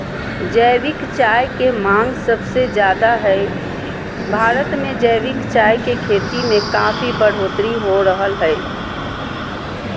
जैविक चाय के मांग सबसे ज्यादे हई, भारत मे जैविक चाय के खेती में काफी बढ़ोतरी हो रहल हई